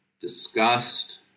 disgust